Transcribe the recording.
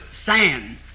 sand